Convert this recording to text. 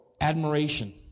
admiration